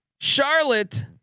Charlotte